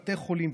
בתי חולים,